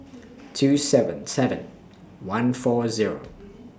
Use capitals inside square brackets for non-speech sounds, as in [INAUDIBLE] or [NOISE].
[NOISE] two seven seven one four Zero [NOISE]